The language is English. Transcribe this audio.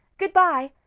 good-bye.